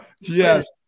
yes